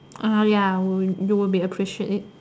ah ya will you will be appreciate it